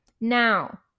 Now